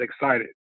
excited